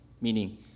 meaning